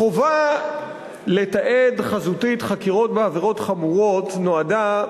החובה לתעד חזותית חקירות בעבירות חמורות נועדה,